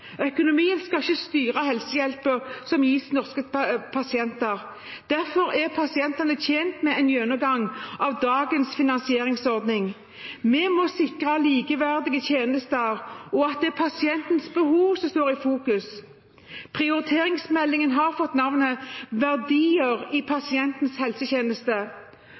Økonomien skal ikke styre helsehjelpen som gis norske pasienter. Derfor er pasientene tjent med en gjennomgang av dagens finansieringsordning. Vi må sikre likeverdige tjenester, og at det er pasientens behov som står i fokus. Prioriteringsmeldingen har fått navnet «Verdier i pasientens helsetjeneste».